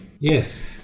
Yes